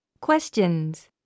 Questions